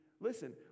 listen